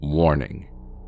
Warning